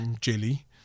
jelly